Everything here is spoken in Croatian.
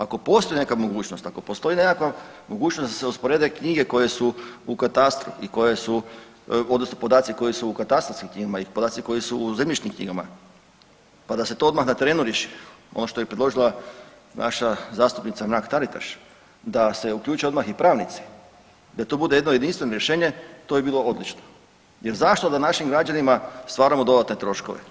Ako postoji neka mogućnost, ako postoji nekakva mogućnost da se usporede knjige koje su u katastru i koje su, odnosno podaci koji su u katastarskim knjigama i podaci koji su u zemljišni knjigama pa da se to odmah na terenu riješi, ono što je predložila naša zastupnica Mrak-Taritaš da se uključe odmah i pravnici, da to bude jedno jedinstveno rješenje, to bi bilo odlično jer zašto da našim građanima stvaramo dodatne troškove.